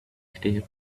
clear